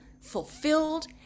fulfilled